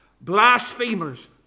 blasphemers